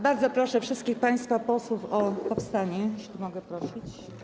Bardzo proszę wszystkich państwa posłów o powstanie, jeśli mogę prosić.